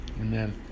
Amen